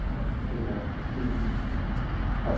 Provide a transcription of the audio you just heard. हो धन्यवाद हो